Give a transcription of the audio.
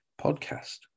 podcast